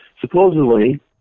supposedly